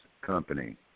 company